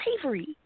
Slavery